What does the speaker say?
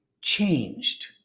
changed